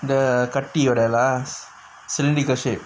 the கட்டி ஓடலா:katti odalaa cylindrical shape